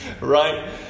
right